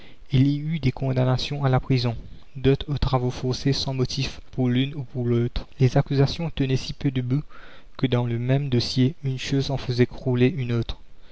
il y eut des condamnations à la prison d'autres aux travaux forcés sans motifs pour l'une ou pour l'autre les accusations tenaient si peu debout que dans le même dossier une chose en faisait crouler une autre